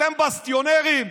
אתם בסטיונרים.